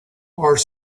are